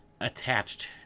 attached